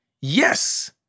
Yes